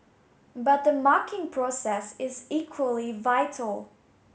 but the marking process is equally vital